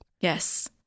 Yes